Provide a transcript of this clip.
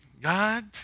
God